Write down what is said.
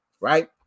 right